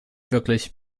wirklich